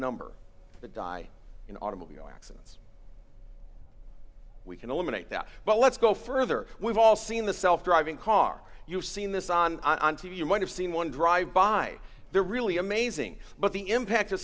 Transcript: number that die in automobile accidents we can eliminate that but let's go further we've all seen the self driving car you've seen this on on t v you might have seen one drive by there really amazing but the impact